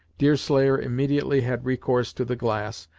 deerslayer immediately had recourse to the glass,